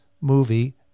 movie